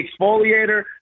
exfoliator